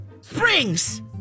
Springs